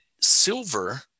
silver